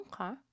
Okay